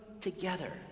together